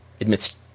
admits